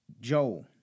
Joel